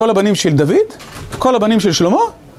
כל הבנים של דוד, כל הבנים של שלמה?